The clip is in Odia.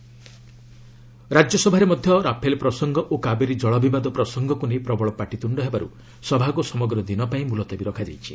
ଆର୍ଏସ୍ ଆଡଜଣ୍ଣ ରାଜ୍ୟସଭାରେ ମଧ୍ୟ ରାଫେଲ ପ୍ରସଙ୍ଗ ଓ କାବେରୀ ଜଳବିବାଦ ପ୍ରସଙ୍ଗକୁ ନେଇ ପ୍ରବଳ ପାଟିତୁଣ୍ଡ ହେବାରୁ ସଭାକୁ ସମଗ୍ର ଦିନ ପାଇଁ ମୁଲତବୀ ରଖାଯାଇଛି